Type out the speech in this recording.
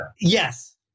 Yes